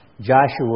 Joshua